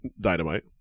Dynamite